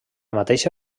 mateixa